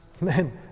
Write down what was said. Man